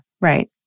right